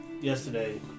yesterday